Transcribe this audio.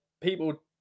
people